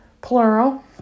plural